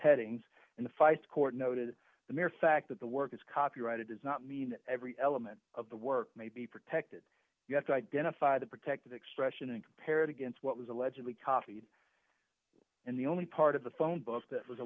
headings in the fight court noted the mere fact that the work is copyrighted does not mean every element of the work may be protected you have to identify the protected expression and compare it against what was allegedly copied and the only part of the phone book that was a